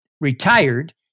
retired